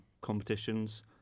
competitions